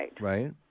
Right